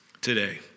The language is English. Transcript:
today